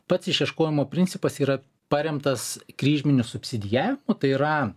pats išieškojimo principas yra paremtas kryžminiu subsidijavimu tai yra